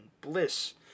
bliss